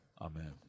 Amen